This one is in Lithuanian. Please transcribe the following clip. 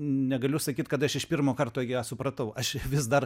negaliu sakyt kad aš iš pirmo karto ją supratau aš vis dar